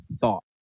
thought